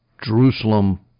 Jerusalem